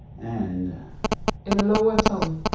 and in a lower tone,